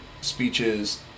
speeches